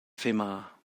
fimar